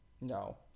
No